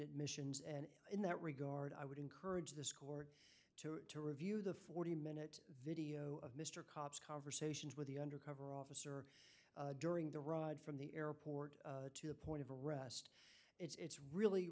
admissions and in that regard i would encourage the school to review the forty minute video of mr cop's conversations with the undercover officer during the ride from the airport to the point of arrest it's really